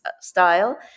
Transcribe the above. style